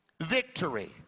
victory